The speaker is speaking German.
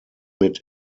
mit